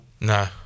no